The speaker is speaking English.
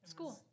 School